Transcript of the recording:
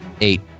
Eight